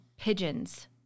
pigeons